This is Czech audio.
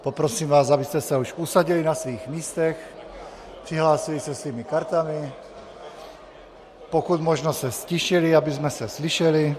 Poprosím vás, abyste se už usadili na svých místech, přihlásili se svými kartami, pokud možno se ztišili, abychom se slyšeli.